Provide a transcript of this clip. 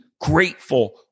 grateful